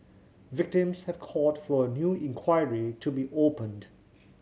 victims have called for a new inquiry to be opened